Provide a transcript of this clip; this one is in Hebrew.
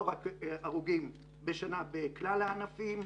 לא רק הרוגים, בשנה בכלל הענפים,